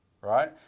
Right